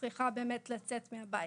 צריכה באמת לאת האופן מיידי מהבית.."